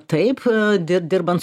taip dirbant